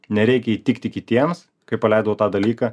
nereikia įtikti kitiems kai paleidau tą dalyką